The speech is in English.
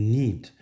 need